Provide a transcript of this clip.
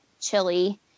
chili